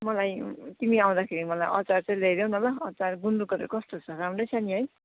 मलाई तिमी आँउदाखेरि मलाई अचार चाहिँ ल्याइदेउ न ल अचार गुन्द्रुकको चाहिँ कस्तो छ राम्रै छ नि है